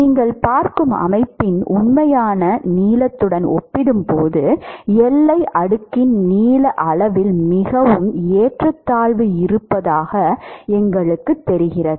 நீங்கள் பார்க்கும் அமைப்பின் உண்மையான நீளத்துடன் ஒப்பிடும்போது எல்லை அடுக்கின் நீள அளவில் மிகவும் ஏற்றத்தாழ்வு இருப்பதாக எங்களுக்குத் தெரிகிறது